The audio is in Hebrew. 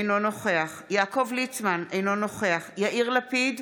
אינו נוכח יעקב ליצמן, אינו נוכח יאיר לפיד,